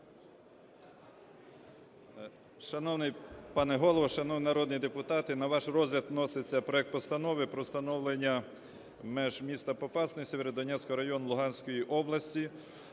Шановний пане голово, шановні народні депутати, на ваш розгляд вноситься проект Постанови про встановлення меж міста Попасної Сєвєродонецького району Луганської області.